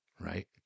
right